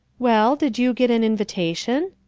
well, did you get an invitation?